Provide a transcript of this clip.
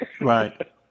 Right